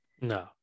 no